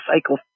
cycle